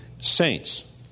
saints